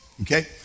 Okay